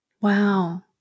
Wow